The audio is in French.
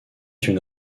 une